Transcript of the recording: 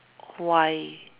why